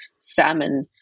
salmon